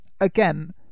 again